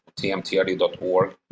tmtrd.org